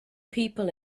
people